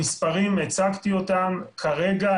המספרים הם כפי שהצבתי אותם כרגע,